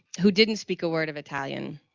who didn't speak a word of italian.